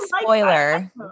spoiler